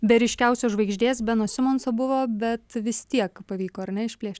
be ryškiausios žvaigždės beno simonso buvo bet vis tiek pavyko ar ne išplėšt